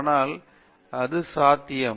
ஆனால் அது சாத்தியம்